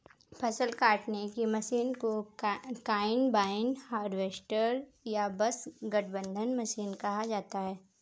फ़सल काटने की मशीन को कंबाइन हार्वेस्टर या बस गठबंधन मशीन कहा जाता है